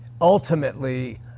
ultimately